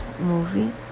movie